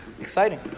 Exciting